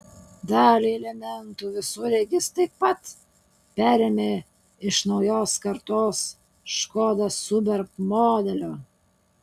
dalį elementų visureigis taip pat perėmė iš naujos kartos škoda superb modelio